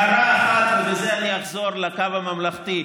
הערה אחת ובזה אני אחזור לקו הממלכתי: